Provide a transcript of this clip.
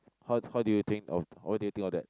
how how do you think of what do you think of that